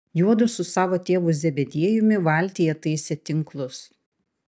juodu su savo tėvu zebediejumi valtyje taisė tinklus